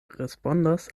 respondas